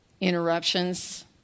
interruptions